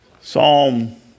Psalm